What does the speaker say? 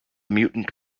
mutant